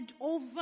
over